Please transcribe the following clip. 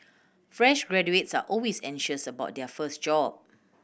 fresh graduates are always anxious about their first job